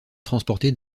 transporter